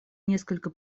несколько